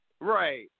Right